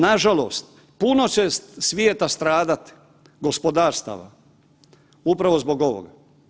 Nažalost, puno će svijeta stradat, gospodarstava upravo zbog ovoga.